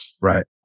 Right